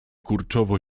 kurczowo